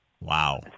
Wow